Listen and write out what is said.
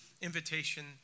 invitation